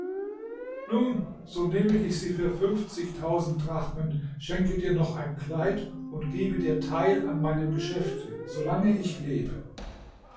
nun so nehme ich sie für fünfzigtausend drachmen schenke dir noch ein kleid und gebe dir teil an meinem geschäfte solange ich lebe